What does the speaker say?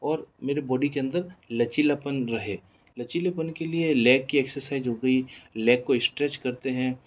और मेरे बॉडी के अंदर लचीलापन रहे लचीलेपन के लिए लैग की एक्सरसाइज़ हो गई लैग को स्ट्रेच करते हैं